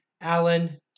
Alan